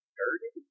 dirty